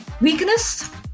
Weakness